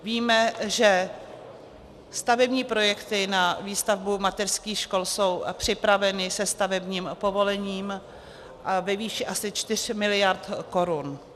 Víme, že stavební projekty na výstavbu mateřských škol jsou připraveny se stavebním povolením a ve výši asi 4 mld. korun.